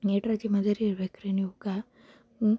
ಇಷ್ಟಾರು ಜಿಮ್ಮೆದಾರಿ ಇರಬೇಕುರಿ ನಿಮ್ಗೆ ಹ್ಞೂಂ